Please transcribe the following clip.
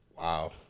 Wow